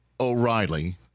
O'Reilly